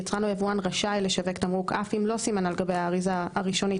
יצרן או יבואן רשאי לשווק תמרוק אף אם לא סימן על גבי האריזה הראשונית